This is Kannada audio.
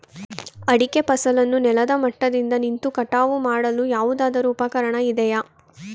ಅಡಿಕೆ ಫಸಲನ್ನು ನೆಲದ ಮಟ್ಟದಿಂದ ನಿಂತು ಕಟಾವು ಮಾಡಲು ಯಾವುದಾದರು ಉಪಕರಣ ಇದೆಯಾ?